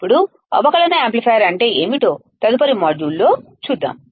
ఇప్పుడు అవకలన యాంప్లిఫైయర్ అంటే ఏమిటో తదుపరి మాడ్యూల్లో చూద్దాం